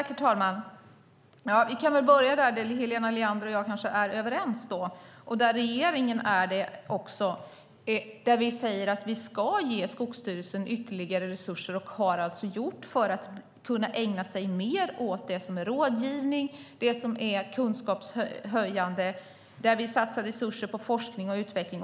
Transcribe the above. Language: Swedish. Herr talman! Vi kan väl börja där Helena Leander och jag kanske är överens - det gäller regeringen också. Vi säger att vi ska ge Skogsstyrelsen ytterligare resurser - och vi har gjort det - för att man ska kunna ägna sig mer åt det som är rådgivning och det som är kunskapshöjande. Vi satsar resurser på forskning och utveckling.